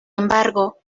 embargo